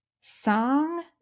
Song